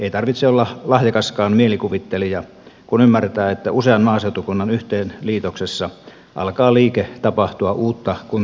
ei tarvitse olla lahjakaskaan mielikuvittelija kun ymmärtää että usean maaseutukunnan yhteenliitoksessa alkaa liike tapahtua uutta kuntakeskusta kohti